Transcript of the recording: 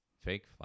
Fake